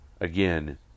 again